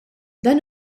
dan